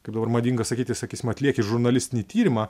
kaip dabar madinga sakyti sakysim atlieki žurnalistinį tyrimą